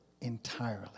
entirely